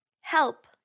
Help